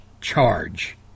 charge